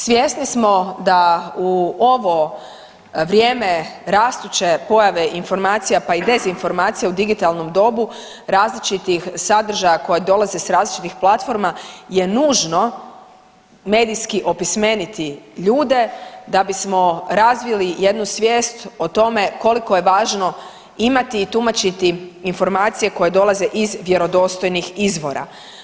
Svjesni smo da u ovom vrijeme rastuće pojave informacija, pa i dezinformacija u digitalnom dobu, različitih sadržaja koji dolaze s različitih platforma je nužno medijski opismeniti ljude da bismo razvili jednu svijest o tome koliko je važno imati i tumačiti informacije koje dolaze iz vjerodostojnih izvora.